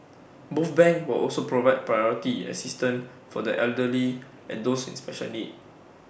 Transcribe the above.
both banks will also provide priority assistance for the elderly and those with special needs